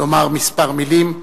לומר כמה מלים,